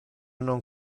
non